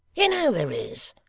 you know there is!